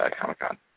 Comic-Con